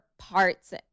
parts